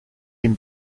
him